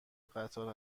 قطار